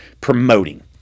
promoting